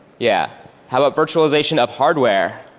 yeah how about virtualization of hardware?